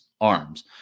arms